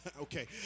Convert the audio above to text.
Okay